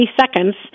seconds